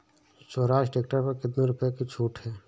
Swaraj tractor पर कितनी रुपये की छूट है?